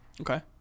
Okay